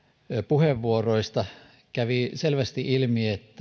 puheenvuoroista kävi selvästi ilmi että